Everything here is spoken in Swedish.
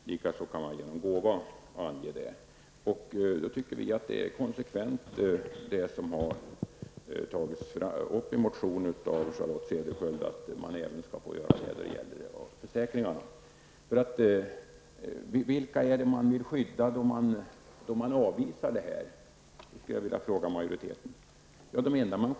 Likaså kan man göra det i fråga om gåva. Det som Charlotte Cederschiöld har tagit upp i en motion tycker vi är konsekvent, nämligen att man även skall kunna få göra det när det gäller försäkringar. Jag skulle vilja fråga utskottsmajoriteten: Vilka är det man vill skydda då man avvisar detta? Jag kan själv bara svara på frågan.